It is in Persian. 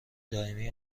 دائمی